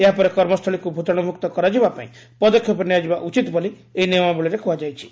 ଏହା ପରେ କର୍ମସ୍ଥଳୀକୁ ଭୂତାଣୁ ମୁକ୍ତ କରାଯିବା ପାଇଁ ପଦକ୍ଷେପ ନିଆଯିବା ଉଚିତ ବୋଲି ଏହି ନିୟମାବଳୀରେ କୁହାଯାଇଛି